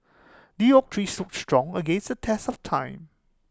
the oak tree stood strong against the test of time